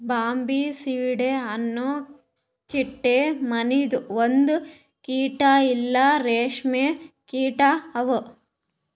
Bombycidae ಅನೊ ಚಿಟ್ಟೆ ಮನಿದು ಒಂದು ಕೀಟ ಇಲ್ಲಾ ರೇಷ್ಮೆ ಕೀಟ ಅವಾ